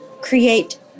create